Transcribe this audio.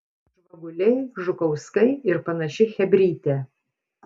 žvaguliai žukauskai ir panaši chebrytė